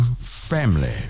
family